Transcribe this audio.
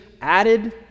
added